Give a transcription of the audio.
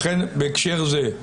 לכן בהקשר זה,